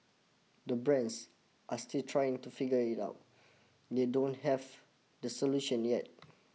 the brands are still trying to figure it out they don't have the solution yet